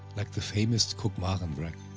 like the famous kuggmaren wreck,